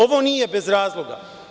Ovo nije bez razloga.